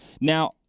Now